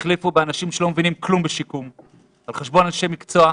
הביאו אנשים שלא מבינים כלום בשיקום על חשבון אנשי מקצוע,